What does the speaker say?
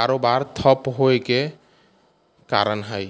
कारोबार ठप्प होइके कारण है